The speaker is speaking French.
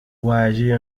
voyagé